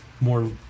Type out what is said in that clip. more